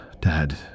Dad